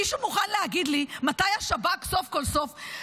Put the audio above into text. מישהו מוכן להגיד לי מתי השב"כ סוף כל סוף,